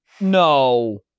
No